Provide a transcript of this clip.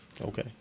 Okay